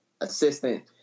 assistant